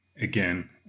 again